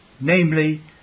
namely